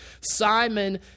Simon